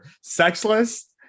Sexless